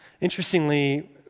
Interestingly